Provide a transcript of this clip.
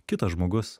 kitas žmogus